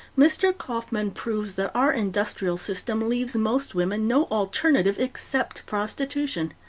mr. kauffman proves that our industrial system leaves most women no alternative except prostitution.